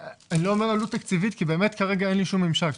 אני לא אומר עלות תקציבית כי כרגע אין לי שום ממשק,